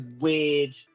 weird